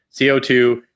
co2